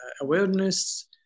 awareness